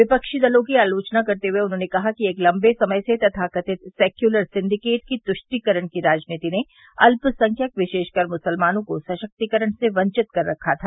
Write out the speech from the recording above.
विपक्षी दलों की आलोचना करते हुए उन्होंने कहा कि एक लम्बे समय से तथाकथित सेक्युतर सिंडिकेट की तुष्टीकरण की राजनीति ने अल्पसंख्यकों विशेष कर मुस्लिमों को सशक्तिकरण से वंचित कर रखा था